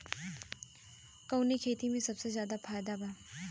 कवने खेती में सबसे ज्यादा फायदा बा?